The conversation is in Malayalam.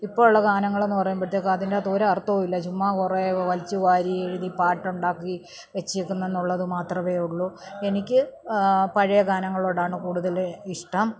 ഇപ്പോൾ ഉള്ള ഗാനങ്ങളെന്ന് പറയുമ്പഴത്തേക്കും അതിൻ്റെ അകത്തു ഒരർത്ഥവും ഇല്ല ചുമ്മാ കുറെ വലിച്ചു വാരി എഴുതി പാട്ടുണ്ടാക്കി വെച്ചേക്കുന്നെന്നുള്ളത് മാത്രമെ ഉള്ളൂ എനിക്ക് പഴയ ഗാനങ്ങളോടാണ് കൂടുതല് ഇഷ്ടം